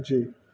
جی